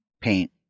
paint